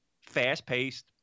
fast-paced